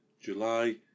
July